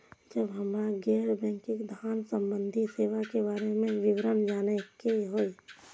जब हमरा गैर बैंकिंग धान संबंधी सेवा के बारे में विवरण जानय के होय?